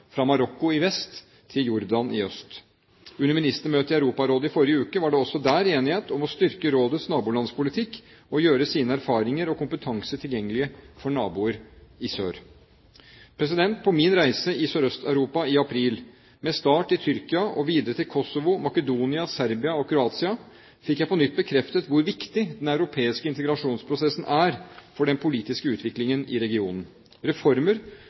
fra Marokko i vest til Jordan i øst. Under ministermøtet i Europarådet i forrige uke var det også der enighet om å styrke rådets nabolandspolitikk og å gjøre sine erfaringer og sin kompetanse tilgjengelig for naboer i sør. På min reise i Sørøst-Europa i april – med start i Tyrkia og videre til Kosovo, Makedonia, Serbia og Kroatia – fikk jeg på nytt bekreftet hvor viktig den europeiske integrasjonsprosessen er for den politiske utviklingen i regionen. Reformer